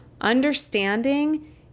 understanding